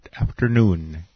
afternoon